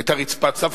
היתה רצפה צפה,